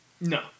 No